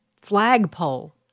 flagpole